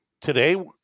today